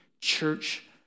church